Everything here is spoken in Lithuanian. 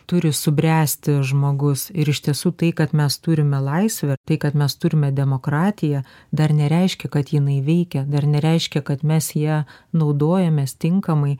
turi subręsti žmogus ir iš tiesų tai kad mes turime laisvę tai kad mes turime demokratiją dar nereiškia kad jinai veikia dar nereiškia kad mes ja naudojamės tinkamai